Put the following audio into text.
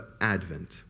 Advent